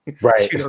Right